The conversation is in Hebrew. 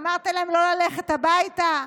אמרתם להם לא ללכת הביתה,